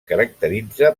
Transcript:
caracteritza